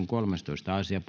kolmastoista asia